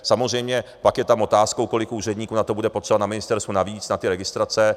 Samozřejmě pak je tam otázkou, kolik úředníků na to bude potřeba na ministerstvu navíc na registrace.